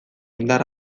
indar